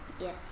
Yes